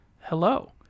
hello